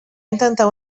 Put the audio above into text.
intentar